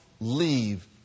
leave